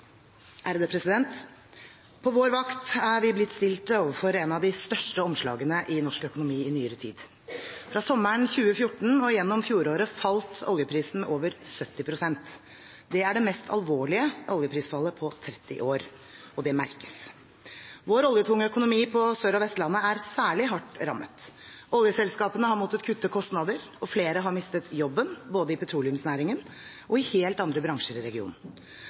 er vi blitt stilt overfor et av de største omslagene i norsk økonomi i nyere tid. Fra sommeren 2014 og gjennom fjoråret falt oljeprisen med over 70 pst. Det er det mest alvorlige oljeprisfallet på 30 år. Det merkes. Vår oljetunge økonomi på Sør- og Vestlandet er særlig hardt rammet. Oljeselskapene har måttet kutte kostnader, og flere har mistet jobben, både i petroleumsnæringen og i helt andre bransjer i regionen.